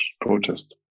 protest